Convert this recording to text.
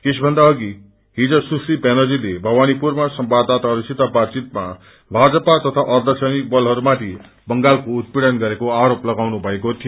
यसभन्दा अधि हिज सुश्री ब्यानर्जीले भवनीपुरमा संवाददाताहरूसित बातचितमा भाजपा तथा अर्छसैनिक बलहरूमाथि बंगालको उत्पीडन गरेको आरोप तगाउनु भएको थियो